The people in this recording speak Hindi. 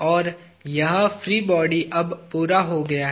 और यह फ्री बॉडी अब पूरा हो गया है